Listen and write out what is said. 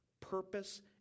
purpose